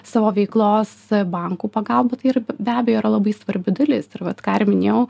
savo veiklos bankų pagalba tai yra be abejo yra labai svarbi dalis ir vat ką ir minėjau